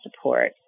support